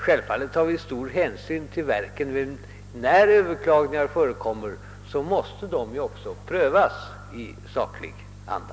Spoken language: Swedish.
Självfallet tar vi stor hänsyn till verken, men överklagandena måste prövas i saklig anda.